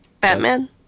Batman